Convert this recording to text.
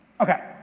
okay